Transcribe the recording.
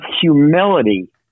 humility